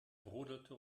brodelte